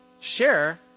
share